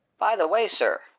by the way, sir,